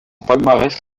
palmarès